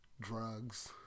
drugs